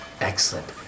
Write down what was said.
Excellent